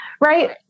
right